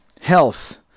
health